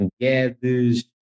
Guedes